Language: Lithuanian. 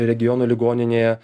regiono ligoninėje